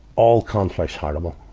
all conflict's horrible.